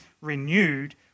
renewed